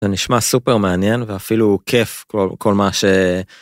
זה נשמע סופר מעניין ואפילו כיף כל מה ש.